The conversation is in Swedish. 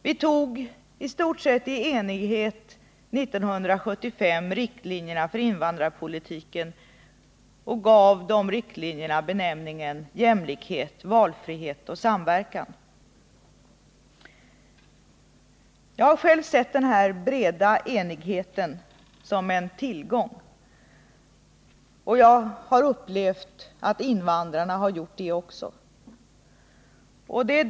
Vi tog 1975, i stort sett i enighet, riktlinjerna för invandrarpolitiken, och principerna för de riktlinjerna var jämlikhet, valfrihet och samverkan. Jag har själv sett den här breda enigheten som en tillgång, och jag har upplevt att invandrarna har gjort det också.